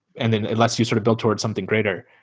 and then it lets you sort of build towards something greater.